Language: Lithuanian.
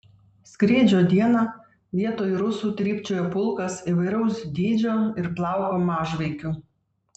skrydžio dieną vietoj rusų trypčiojo pulkas įvairaus dydžio ir plauko mažvaikių